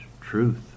truth